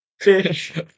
fish